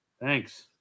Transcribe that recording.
Thanks